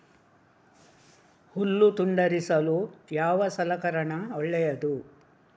ಹುಲ್ಲು ತುಂಡರಿಸಲು ಯಾವ ಸಲಕರಣ ಒಳ್ಳೆಯದು?